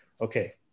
okay